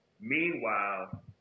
meanwhile